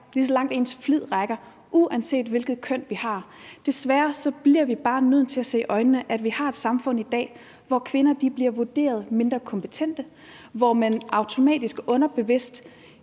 lige så langt, som ens flid rækker, uanset hvilket køn man har. Desværre bliver vi bare nødt til at se i øjnene, at vi har et samfund i dag, hvor kvinder bliver vurderet mindre kompetente, hvor de automatisk underbevidst